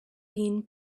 been